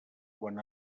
quan